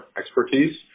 expertise